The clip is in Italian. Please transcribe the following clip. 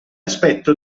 aspetto